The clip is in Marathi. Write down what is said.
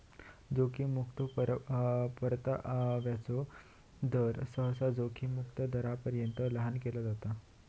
जोखीम मुक्तो परताव्याचो दर, सहसा जोखीम मुक्त दरापर्यंत लहान केला जाता